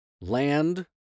Land